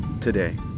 today